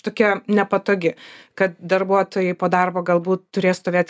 tokia nepatogi kad darbuotojai po darbo galbūt turės stovėt